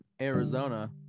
Arizona